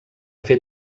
fer